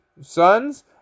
sons